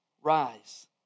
Rise